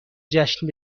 جشن